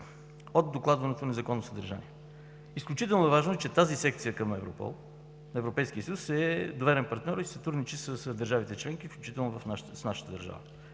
от докладваното незаконно съдържание. Изключително важно е, че тази секция към Европол в Европейския съюз е доверен партньор и и сътрудничи с държавите членки, включително с нашата държава.